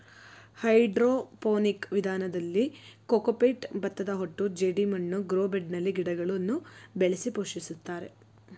hydroponic ವಿಧಾನದಲ್ಲಿ cocopeat, ಭತ್ತದಹೊಟ್ಟು ಜೆಡಿಮಣ್ಣು ಗ್ರೋ ಬೆಡ್ನಲ್ಲಿ ಗಿಡಗಳನ್ನು ಬೆಳೆಸಿ ಪೋಷಿಸುತ್ತಾರೆ